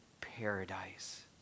paradise